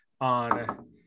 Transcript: on